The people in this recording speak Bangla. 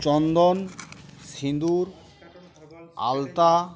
চন্দন সিঁদুর আলতা